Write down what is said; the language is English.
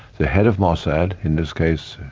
the head of mossad in this case,